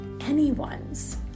anyone's